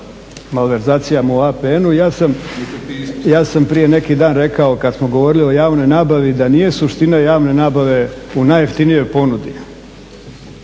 malverzacijama u APN-u ja sam prije neki dan rekao kad smo govorili o javnoj nabavi da nije suština javne nabave u najjeftinijoj ponudi,